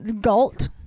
Galt